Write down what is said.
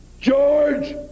George